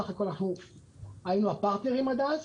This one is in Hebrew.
בסך הכול אנחנו היינו הפרטנרים עד אז.